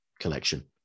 collection